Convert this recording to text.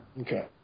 Okay